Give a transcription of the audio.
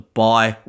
bye